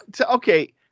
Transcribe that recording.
Okay